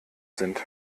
sind